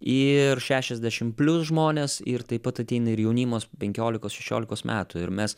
ir šešiasdešim plius žmonės ir taip pat ateina ir jaunimas penkiolikos šešiolikos metų ir mes